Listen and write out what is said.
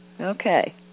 Okay